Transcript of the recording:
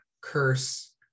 curse